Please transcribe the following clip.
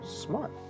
smart